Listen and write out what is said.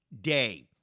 day